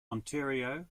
ontario